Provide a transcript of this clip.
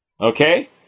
Okay